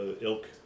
ilk